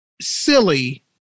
silly